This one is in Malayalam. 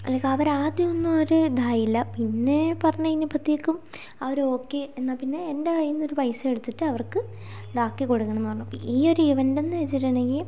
എനിക്ക് അവര് ആദ്യമൊന്നും ഒരു ഇതായില്ല പിന്നെ പറഞ്ഞ് കഴിഞ്ഞപ്പോഴത്തേക്കും അവർ ഓക്കേ എന്നാൽപ്പിന്നെ എൻ്റെ കയ്യിൽ നിന്നൊരു പൈസ എടുത്തിട്ട് അവർക്ക് ഇതാക്കി കൊടുക്കണം എന്ന് പറഞ്ഞു ഈ ഒരു ഇവെൻ്റ് എന്ന് വച്ചിട്ടുണ്ടെങ്കിൽ